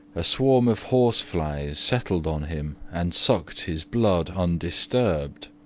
a swarm of horseflies settled on him and sucked his blood undisturbed,